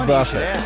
Buffett